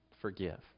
forgive